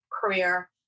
career